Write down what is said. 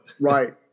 Right